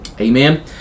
Amen